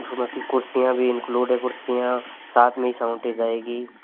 की कुर्सियाँ भी इन्क्लूड है कुर्सियाँ साथ में ही जाएगी